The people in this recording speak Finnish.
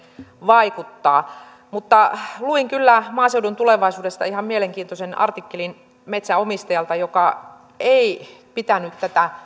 vaikuttaa luin maaseudun tulevaisuudesta ihan mielenkiintoisen artikkelin metsänomistajalta joka ei pitänyt tätä